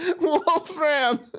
Wolfram